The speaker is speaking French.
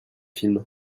film